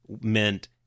meant